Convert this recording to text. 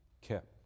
kept